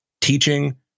teaching